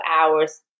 hours